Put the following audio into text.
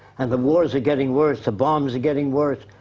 and the wars are getting worse, the bombs are getting worse.